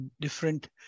different